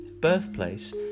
birthplace